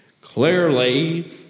Clearly